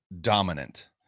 dominant